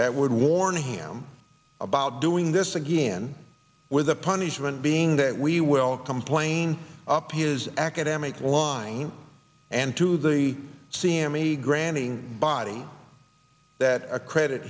that would warn him about doing this again with the punishment being that we will complain up his academic line and to the c m e granting body that credit